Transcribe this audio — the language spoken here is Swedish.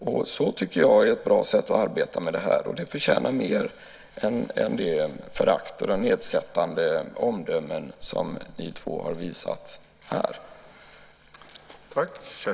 Det tycker jag är ett bra sätt att arbeta med det här, och det förtjänar mer än det förakt och de nedsättande omdömen som ni två har visat här.